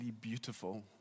beautiful